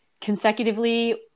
consecutively